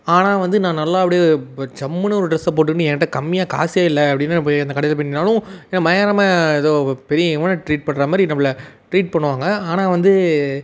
ஆனால் வந்து நான் நல்லா அப்படியே இப்போ ஜம்முன்னு ஒரு ட்ரெஸ்ஸை போட்டுன்னு என்ட்ட கம்மியாக காசே இல்லை அப்படின்னு நான் போய் அந்த கடையில் போய் நின்றாலும் என்ன பயங்கரமாக ஏதோ பெரிய இவனை ட்ரீட் பண்ணுற மாதிரி நம்மள ட்ரீட் பண்ணுவாங்க ஆனால் வந்து